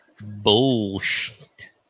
bullshit